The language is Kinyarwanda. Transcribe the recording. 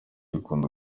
ukunda